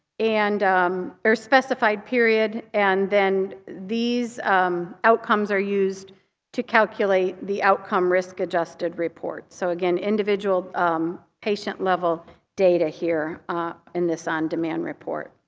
and or specified period. and then these outcomes are used to calculate the outcome risk-adjusted reports. so again, individual um patient-level data here in this on-demand report.